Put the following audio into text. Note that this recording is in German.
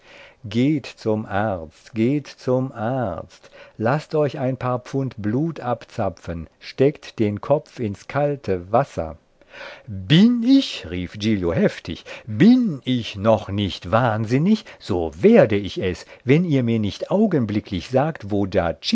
geht zum arzt geht zum arzt laßt euch ein paar pfund blut abzapfen steckt den kopf ins kalte wasser bin ich rief giglio heftig bin ich noch nicht wahnsinnig so werde ich es wenn ihr mir nicht augenblicklich sagt